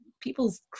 people's